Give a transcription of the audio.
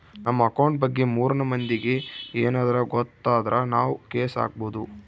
ನಮ್ ಅಕೌಂಟ್ ಬಗ್ಗೆ ಮೂರನೆ ಮಂದಿಗೆ ಯೆನದ್ರ ಗೊತ್ತಾದ್ರ ನಾವ್ ಕೇಸ್ ಹಾಕ್ಬೊದು